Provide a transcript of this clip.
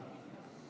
בהצלחה.